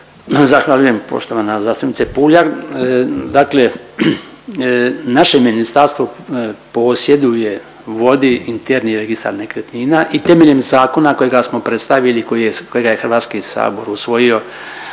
Zahvaljujem poštovana zastupnice Puljak. Dakle, naše ministarstvo posjeduje, vodi interni registar nekretnina i temeljem zakona kojega smo predstavili kojega je HS usvojio